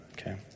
Okay